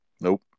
Nope